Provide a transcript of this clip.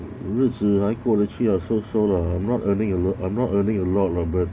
日子还过得去 lah so so lah I'm not earning a lot I'm not earning a lot lah but